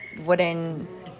wooden